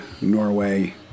Norway